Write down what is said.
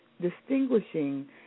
Distinguishing